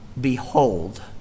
Behold